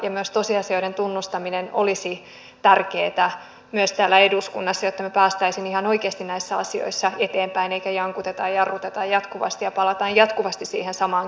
myös tosiasioiden tunnustaminen olisi tärkeätä myös täällä eduskunnassa jotta me pääsisimme ihan oikeasti näissä asioissa eteenpäin eikä jankuteta ja jarruteta jatkuvasti ja palata jatkuvasti siihen samaan keskusteluun